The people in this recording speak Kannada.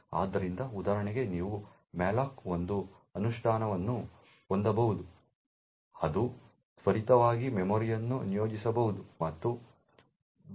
ಆದ್ದರಿಂದ ಉದಾಹರಣೆಗೆ ನೀವು ಮ್ಯಾಲೋಕ್ನ ಒಂದು ಅನುಷ್ಠಾನವನ್ನು ಹೊಂದಬಹುದು ಅದು ತ್ವರಿತವಾಗಿ ಮೆಮೊರಿಯನ್ನು ನಿಯೋಜಿಸಬಹುದು ಮತ್ತು ವಿತರಿಸಬಹುದು